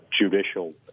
judicial